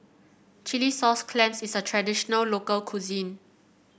Chilli Sauce Clams is a traditional local cuisine